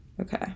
Okay